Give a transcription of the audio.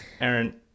aaron